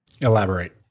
Elaborate